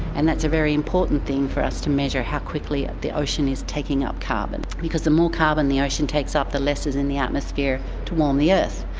and that's a very important thing for us to measure, how quickly the ocean is taking up carbon because the more carbon the ocean takes up the less is in the atmosphere to warm the earth,